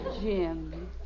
Jim